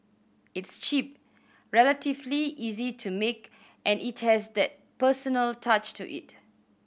it's cheap relatively easy to make and it has that personal touch to it